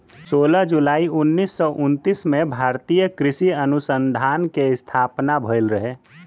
सोलह जुलाई उन्नीस सौ उनतीस में भारतीय कृषि अनुसंधान के स्थापना भईल रहे